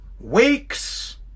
Wakes